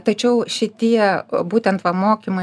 tačiau šitie būtent va mokymai